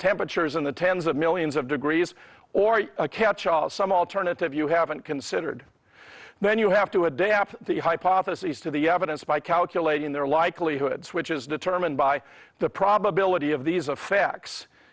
temperatures in the tens of millions of degrees or you catch some alternative you haven't considered then you have to adapt the hypothesis to the evidence by calculating their likelihoods which is determined by the probability of these